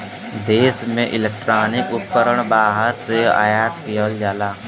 देश में इलेक्ट्रॉनिक उपकरण बाहर से आयात किहल जाला